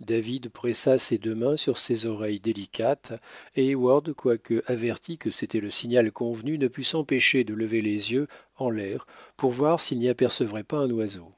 david pressa ses deux mains sur ses oreilles délicates et heyward quoique averti que c'était le signal convenu ne put s'empêcher de lever les yeux en l'air pour voir s'il n'y apercevrait pas un oiseau